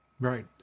Right